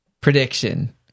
Prediction